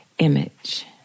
Image